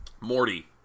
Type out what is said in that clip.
Morty